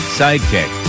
sidekick